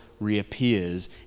reappears